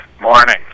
Morning